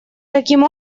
таким